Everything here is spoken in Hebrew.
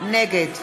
נגד